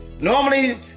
Normally